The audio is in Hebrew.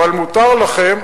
אבל מותר לכם,